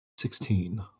Sixteen